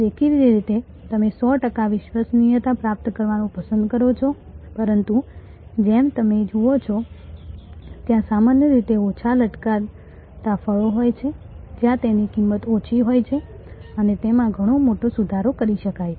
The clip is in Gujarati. દેખીતી રીતે તમે 100 ટકા વિશ્વસનીયતા પ્રાપ્ત કરવાનું પસંદ કરો છો પરંતુ જેમ તમે જુઓ છો ત્યાં સામાન્ય રીતે ઓછા લટકતા ફળો હોય છે જ્યાં તેની કિંમત ઓછી હોય છે અને તેમાં ઘણો મોટો સુધારો કરી શકાય છે